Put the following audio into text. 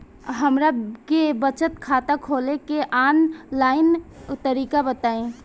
हमरा के बचत खाता खोले के आन लाइन तरीका बताईं?